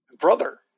Brother